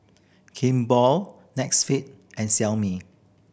Kimball Netflix and Xiaomi